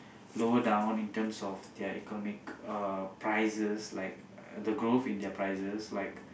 lower down in terms of their economic uh prices like the growth in their prices like